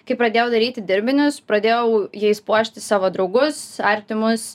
kai pradėjau daryti dirbinius pradėjau jais puošti savo draugus artimus